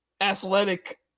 athletic